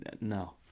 No